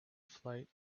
flight